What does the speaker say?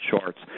charts